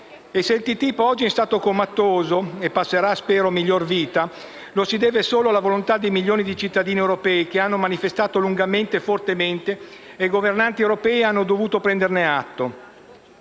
Se il TTIP oggi è in stato comatoso e passerà a miglior vita, lo si deve solo alla volontà di milioni di cittadini europei, che hanno manifestato lungamente e fortemente, costringendo i governanti europei a prenderne atto.